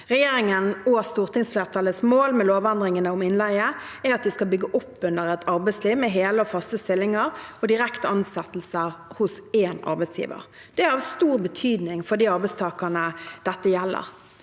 Regjeringens og stortingsflertallets mål med lovendringene om innleie er at de skal bygge opp under et arbeidsliv med hele og faste stillinger og direkte ansettelser hos én arbeidsgiver. Det er av stor betydning for de arbeidstakerne dette gjelder.